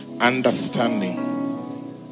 understanding